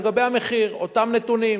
לגבי המחיר, אותם נתונים.